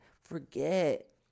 Forget